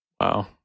Wow